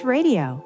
Radio